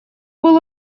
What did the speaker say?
был